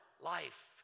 life